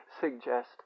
suggest